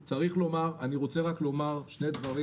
אני רוצה רק לומר שני דברים,